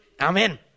Amen